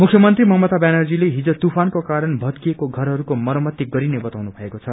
मुख्यमन्त्रौ ममता व्यानर्जीते हिज तुफानको कारण भरिकएको परहस्को मरमती गरिने बताउनु भएको छ